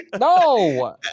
no